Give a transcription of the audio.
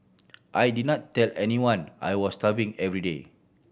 I did not tell anyone I was starving every day